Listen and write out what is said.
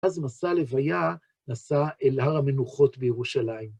אז מסע לוויה נסע אל הר המנוחות בירושלים.